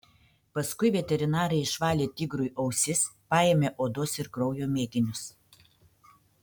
paskui veterinarai išvalė tigrui ausis paėmė odos ir kraujo mėginius